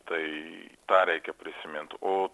tai tą reikia prisimint o